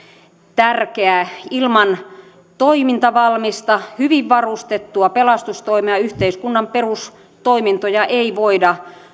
tärkeää ilman toimintavalmista hyvin varustettua pelastustoimea yhteiskunnan perustoimintoja ei voida